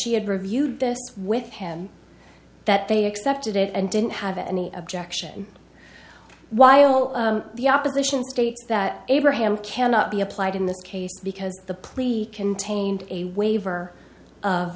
she had reviewed this with him that they accepted it and didn't have any objection while the opposition states that abraham cannot be applied in the case because the plea contained a waiver